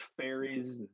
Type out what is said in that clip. fairies